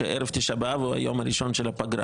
שערב תשעה באב הוא היום הראשון של הפגרה